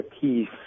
peace